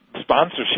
sponsorship